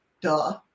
duh